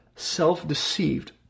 self-deceived